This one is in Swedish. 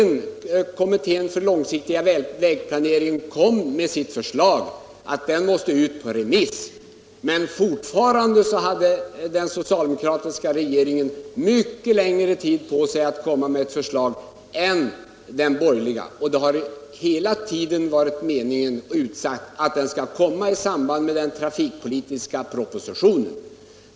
När kommittén för den långsiktiga vägplaneringen äntligen kom med sitt förslag måste det ut på remiss, men fortfarande hade den socialdemokratiska regeringen mycket längre tid på sig att komma med ett förslag än den borgerliga regeringen haft, och det har dessutom hela tiden varit meningen och även utsagt att förslaget skall komma i samband med den trafikpolitiska propositionen.